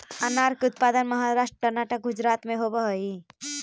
अनार के उत्पादन महाराष्ट्र, कर्नाटक, गुजरात में होवऽ हई